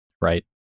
Right